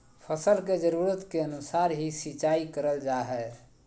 फसल के जरुरत के अनुसार ही सिंचाई करल जा हय